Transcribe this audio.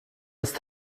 ist